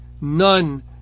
none